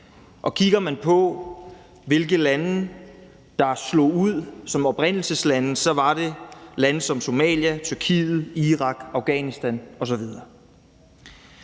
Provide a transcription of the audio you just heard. man kigger på, hvilke lande der slog ud som oprindelseslande, var det lande som Somalia, Tyrkiet, Irak, Afghanistan osv.